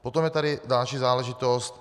Potom je tady další záležitost.